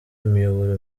imiyoboro